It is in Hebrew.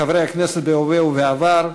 חברי הכנסת בהווה ובעבר,